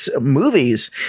movies